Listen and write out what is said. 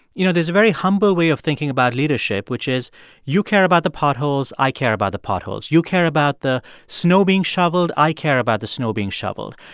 you know, there's a very humble way of thinking about leadership, which is you care about the potholes. i care about the potholes. you care about the snow being shoveled. i care about the snow being shoveled.